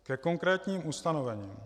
Ke konkrétním ustanovením: